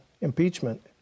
impeachment